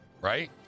right